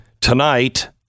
tonight